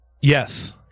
Yes